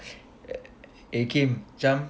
eh kim cam